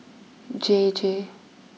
J J